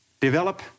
Develop